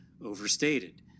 overstated